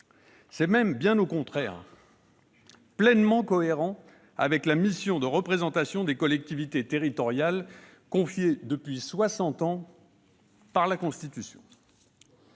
C'est même, bien au contraire, pleinement cohérent avec la mission de représentation des collectivités territoriales confiée au Sénat, depuis soixante ans, par la Constitution.